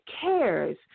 cares